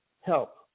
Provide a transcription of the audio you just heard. help